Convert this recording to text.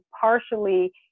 partially